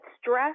stress